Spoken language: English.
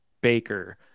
baker